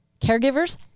caregivers